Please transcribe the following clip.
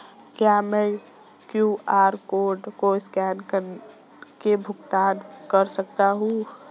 क्या मैं QR code को स्कैन करके भुगतान कर सकता हूं?